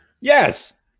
Yes